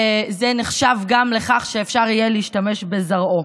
ייחשב גם שמי שאפשר יהיה להשתמש בזרעו.